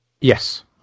Yes